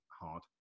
hard